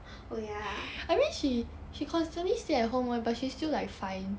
oh ya